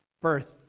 birth